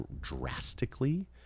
drastically